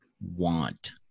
want